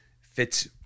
fits